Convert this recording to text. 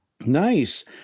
Nice